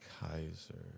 kaiser